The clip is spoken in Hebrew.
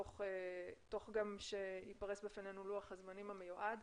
תוך גם שייפרש בפנינו לוח הזמנים המיועד,